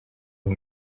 her